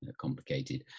complicated